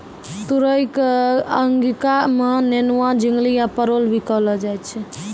तुरई कॅ अंगिका मॅ नेनुआ, झिंगली या परोल भी कहलो जाय छै